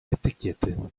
etykiety